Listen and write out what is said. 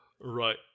right